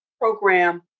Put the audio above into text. program